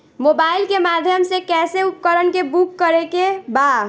Mobile के माध्यम से कैसे उपकरण के बुक करेके बा?